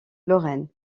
lorraine